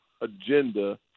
agenda